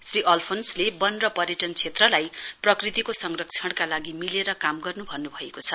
श्री अल्फोन्सले वन र पर्यटन क्षेत्रलाई प्रकृतिको संरक्षणका लागि मिलेर काम गर्नु भन्नुभएको छ